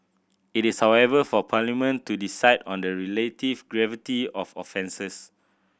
it is however for Parliament to decide on the relative gravity of offences